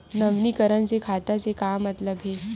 नवीनीकरण से खाता से का मतलब हे?